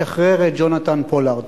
לשחרר את ג'ונתן פולארד.